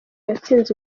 yatsinze